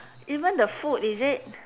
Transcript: even the food is it